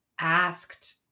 asked